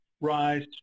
rise